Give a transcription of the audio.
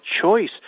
choice